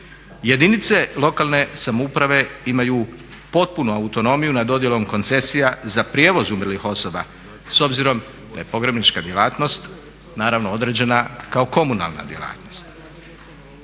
Jedinice lokalne samouprave imaju potpunu autonomiju nad dodjelom koncesija za prijevoz umrlih osoba s obzirom da je pogrebnička djelatnost naravno određena kao komunalna djelatnost.